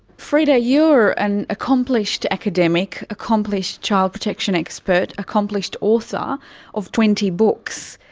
freda, ah you're an accomplished academic, accomplished child protection expert, accomplished author of twenty books.